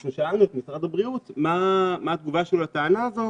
אנחנו שאלנו את משרד הבריאות מהי תגובתו לטענה הזאת,